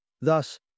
Thus